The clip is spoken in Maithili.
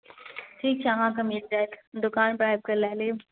ठीक छै हम अहाँके मिल जायत दुकान पर आबिके लै लेब